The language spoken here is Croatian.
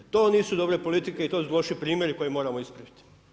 To nisu dobre politike i to su loši primjeri koje moramo ispraviti.